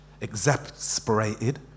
exasperated